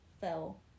fell